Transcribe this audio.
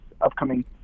upcoming